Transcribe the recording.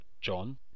John